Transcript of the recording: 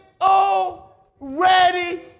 already